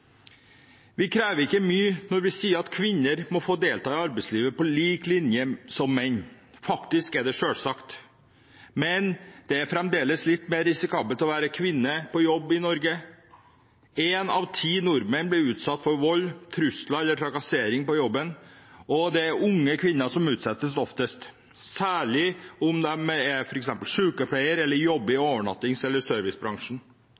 Vi krever ikke mye når vi sier at kvinner må få delta i arbeidslivet på lik linje med menn – det er faktisk selvsagt. Men det er fremdeles litt mer risikabelt å være kvinne på jobb i Norge. Én av ti nordmenn blir utsatt for vold, trusler eller trakassering på jobben, og det er unge kvinner som oftest er utsatt, særlig om de f.eks. er sykepleiere eller jobber i overnattings- eller servicebransjen.